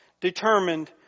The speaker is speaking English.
determined